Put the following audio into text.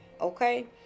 okay